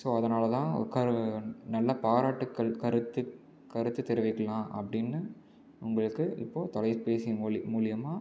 so அதனால் தான் உட்கார நல்லா பாராட்டுக்கள் கருத்து கருத்து தெரிவிக்கலாம் அப்படினு உங்களுக்கு இப்போது தொலைபேசியின் மூலி மூலயமா